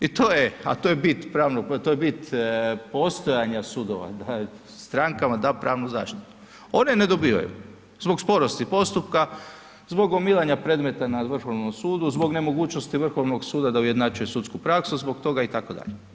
I to je, a to je bit postojanja sudova, da strankama da pravnu zaštitu, one ne dobivaju, zbog sporosti postupka, zbog gomilanja predmeta na Vrhovnom sudu, zbog nemogućnosti Vrhovnog suda da ujednačuje sudsku praksu, zbog toga itd.